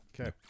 Okay